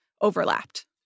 overlapped